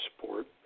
support